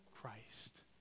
Christ